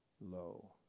low